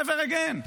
Never again.